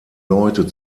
leute